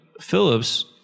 Phillips